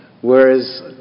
whereas